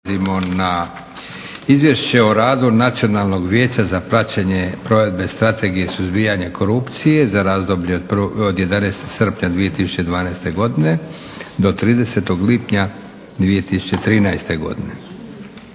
se Izvješće o radu Nacionalnog vijeća za praćenje provedbe Strategije suzbijanja korupcije za razdoblje od 11. srpnja 2012. do 30. lipnja 2013." Molim